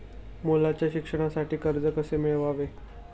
मुलाच्या शिक्षणासाठी कर्ज कसे मिळवावे?